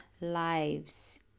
lives